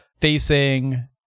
facing